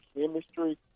chemistry